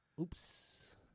Oops